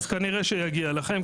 אז כנראה שיגיע אליכם,